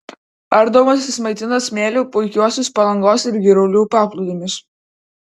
ardomas jis maitina smėliu puikiuosius palangos ir girulių paplūdimius